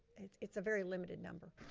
it's it's a very limited number.